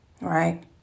Right